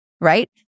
right